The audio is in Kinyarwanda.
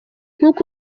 nkuko